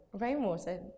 rainwater